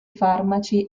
farmaci